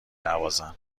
نوازم